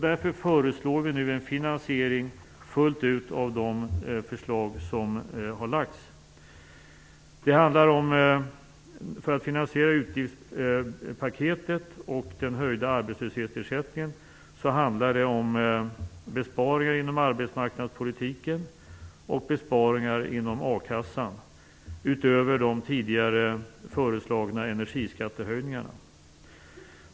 Därför föreslår vi nu en finansiering fullt ut av de förslag som har lagts fram. För att finansiera utgiftspaketet och den höjda arbetslöshetsersättningen handlar det om besparingar inom arbetsmarknadspolitiken och besparingar inom a-kassan utöver de tidigare föreslagna energiskattehöjningarna.